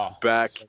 back